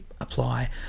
apply